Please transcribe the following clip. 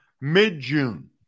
mid-June